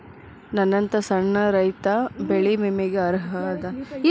ನನ್ನಂತ ಸಣ್ಣ ರೈತಾ ಬೆಳಿ ವಿಮೆಗೆ ಅರ್ಹ ಅದನಾ?